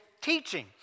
teaching